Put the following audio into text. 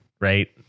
right